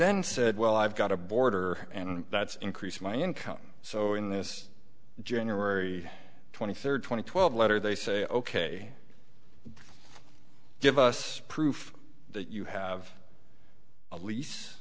then said well i've got a boarder and that's increase my income so in this january twenty third twenty twelve letter they say ok give us proof that you have a lease